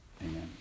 Amen